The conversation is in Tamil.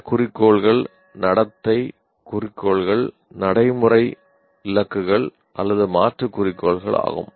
இந்த குறிக்கோள்கள் நடத்தை குறிக்கோள்கள் நடைமுறை இலக்குகள் அல்லது மாற்று குறிக்கோள்கள் ஆகும்